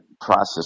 process